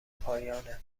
پایانه